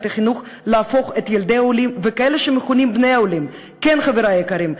החינוך להפוך את ילדי העולים וכאלה שמכונים "בני העולים" כן חברי היקרים,